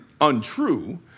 untrue